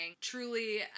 Truly